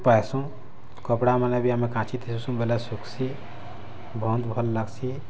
ପାଏସୁଁ କପ୍ଡ଼ା ମାନେ ବି ଆମେ କାଞ୍ଚି ଥିସୁ ବେଲେ ଶୁଖ୍ସି ବହୁତ୍ ଭଲ୍ ଲାଗ୍ସି